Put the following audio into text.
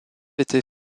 était